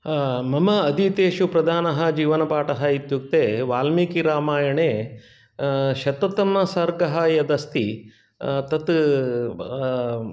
मम अधीतेषु प्रदानः जीवनपाठः इत्युक्ते वाल्मीकिरामायणे शततमसर्गः यदस्ति तत्